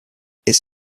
its